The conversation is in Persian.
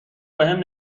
بهم